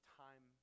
time